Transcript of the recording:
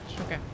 Okay